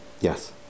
Yes